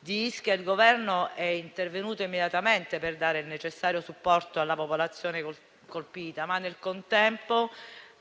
il Governo è intervenuto immediatamente per dare il necessario supporto alla popolazione colpita, ma nel contempo